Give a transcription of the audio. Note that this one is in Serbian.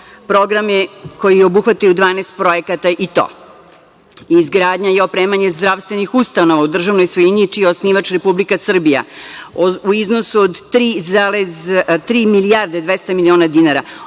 programe koji obuhvataju 12 projekata i to: izgradnja i opremanje zdravstvenih ustanova u državnoj svojini, čiji je osnivač Republika Srbija, u iznosu od 3.200.000.000 dinara. Ovo